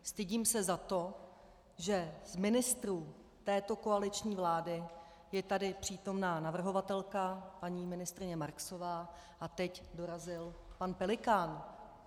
Stydím se za to, že z ministrů této koaliční vlády je tady přítomná navrhovatelka paní ministryně Marksová a teď dorazil pan Pelikán.